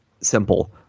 simple